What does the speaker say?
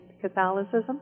Catholicism